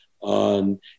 on